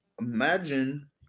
Imagine